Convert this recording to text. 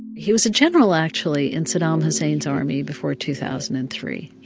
he was a general, actually, in saddam hussein's army before two thousand and three.